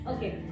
Okay